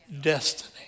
destiny